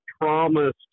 promised